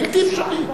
בלתי אפשרי.